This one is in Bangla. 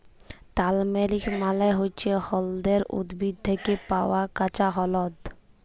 তারমেরিক মালে হচ্যে হল্যদের উদ্ভিদ থ্যাকে পাওয়া কাঁচা হল্যদ